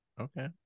Okay